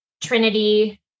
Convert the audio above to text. Trinity